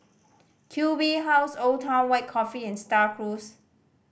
Q B House Old Town White Coffee and Star Cruise